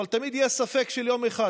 אבל תמיד יש ספק של יום אחד,